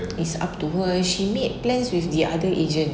it's up to her err she made plans with the other agent